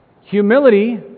Humility